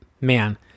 man